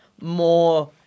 more